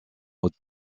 aude